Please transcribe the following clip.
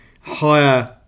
higher